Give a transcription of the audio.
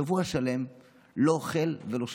שבוע שלם לא אוכל ולא שותה.